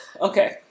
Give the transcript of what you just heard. okay